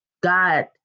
God